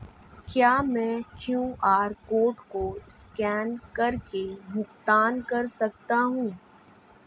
क्या मैं QR code को स्कैन करके भुगतान कर सकता हूं?